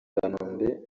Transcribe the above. kanombe